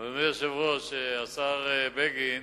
אדוני היושב-ראש, השר בגין,